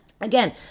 again